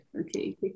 okay